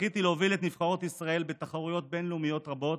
זכיתי להוביל את נבחרות ישראל בתחרויות בין-לאומיות רבות.